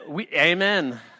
Amen